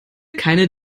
keine